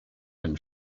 been